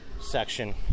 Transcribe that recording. section